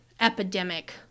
epidemic